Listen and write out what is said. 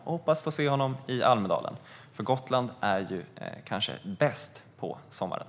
Jag hoppas få se honom i Almedalen, för Gotland är kanske bäst på sommaren.